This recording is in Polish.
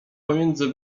pomiędzy